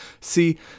See